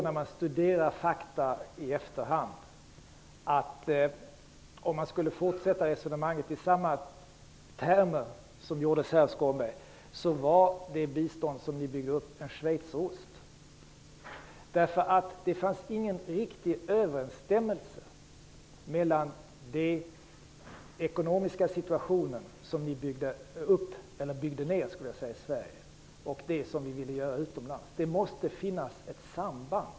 När man studerar fakta i efterhand var det bistånd som ni byggde upp en schweizerost, om man skulle fortsätta resonemanget i samma termer som Tuve Skånberg använde. Det fanns ingen riktig överensstämmelse mellan den ekonomiska situation som ni byggde upp, eller byggde ned, i Sverige och det som vi ville göra utomlands. Det måste finnas ett samband.